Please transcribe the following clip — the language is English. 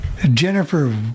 jennifer